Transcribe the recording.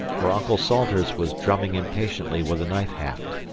where uncle salters was drumming impatiently with a knife-haft.